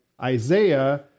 Isaiah